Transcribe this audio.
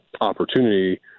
opportunity